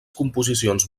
composicions